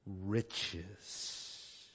Riches